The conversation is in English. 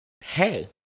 hey